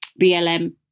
blm